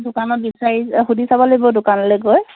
দোকানত বিচাৰি সুধি চাব লাগিব দোকানলৈ গৈ